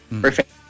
Perfect